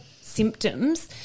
symptoms